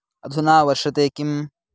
अधुना वर्षते किम्